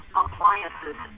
appliances